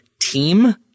team